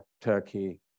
Turkey